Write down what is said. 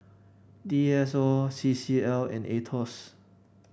D S O C C L and Aetos